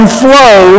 flow